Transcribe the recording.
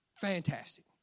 Fantastic